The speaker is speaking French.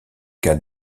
cas